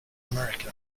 america